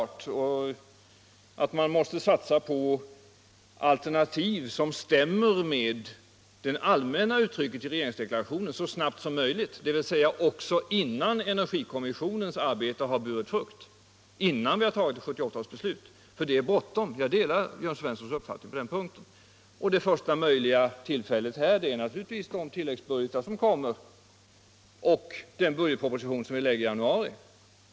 Man måste också satsa på alternativ så snabbt som möjligt, dvs. också innan energikommissionens arbete har burit frukt, innan vi har tagit 1978 års beslut. Det första möjliga tillfället är naturligtvis de tilläggsbudgeter som kommer och den budgetproposition som läggs i januari.